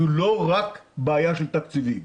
זו לא רק בעיה של תקציבים.